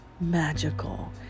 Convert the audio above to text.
magical